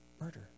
Murder